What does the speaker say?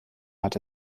hat